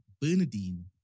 Bernadine